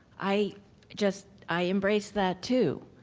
i just i embraced that, too.